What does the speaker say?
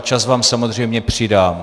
Čas vám samozřejmě přidám.